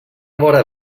vora